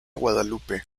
guadalupe